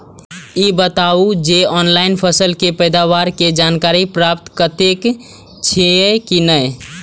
ई बताउ जे ऑनलाइन फसल के पैदावार के जानकारी प्राप्त करेत छिए की नेय?